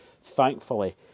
thankfully